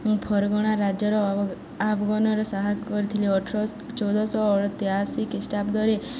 ମୁଁ ଫର୍ଗଣା ରାଜ୍ୟର ଆଫଗାନର ସାହାଯ୍ୟ କରିଥିଲି ଅଠର ଚଉଦଶହ ତେୟାଅଶୀ ଖ୍ରୀଷ୍ଟାବ୍ଦରେ